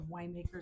winemakers